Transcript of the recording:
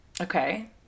Okay